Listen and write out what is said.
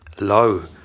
low